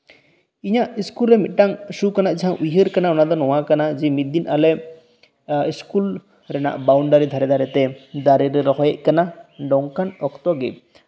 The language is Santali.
ᱤᱧᱟᱜ ᱥᱠᱩᱞ ᱨᱮ ᱢᱤᱫᱴᱟᱝ ᱥᱩᱠᱷᱟᱱᱟᱜ ᱡᱟᱦᱟᱸ ᱩᱭᱦᱟᱹᱨ ᱠᱟᱱᱟ ᱚᱱᱟ ᱫᱚ ᱱᱚᱶᱟ ᱠᱟᱱᱟ ᱡᱮ ᱢᱤᱫ ᱫᱤᱱ ᱟᱞᱮ ᱮᱸᱜ ᱤᱥᱠᱩᱞ ᱨᱮᱭᱟᱜ ᱵᱟᱣᱩᱱᱰᱟᱨᱤ ᱫᱷᱟᱨᱮᱼᱫᱷᱟᱨᱮ ᱛᱮ ᱫᱟᱨᱮ ᱞᱮ ᱨᱚᱦᱚᱭᱮᱫ ᱠᱟᱱᱟ ᱱᱚᱝᱠᱟᱱ ᱚᱠᱛᱚ ᱜᱮ